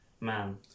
man